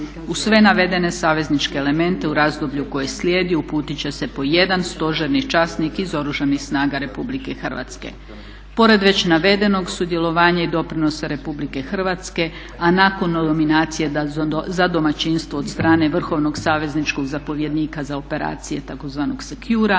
Uz sve navedene savezničke elemente u razdoblju koje slijedi uputit će se po jedan stožerni časnik iz Oružanih snaga Republike Hrvatske. Pored već navedenog sudjelovanje i doprinos Republike Hrvatske, a nakon … za domaćinstvo od strane vrhovnog savezničkog zapovjednika za operacije tzv. …,